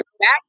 back